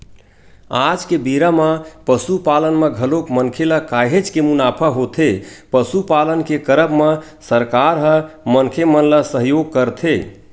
आज के बेरा म पसुपालन म घलोक मनखे ल काहेच के मुनाफा होथे पसुपालन के करब म सरकार ह मनखे मन ल सहयोग करथे